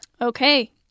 okay